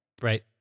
Right